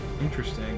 Interesting